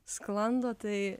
sklando tai